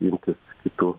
imtis kitų